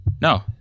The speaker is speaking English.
No